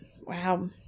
Wow